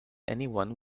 anyone